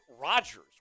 Rodgers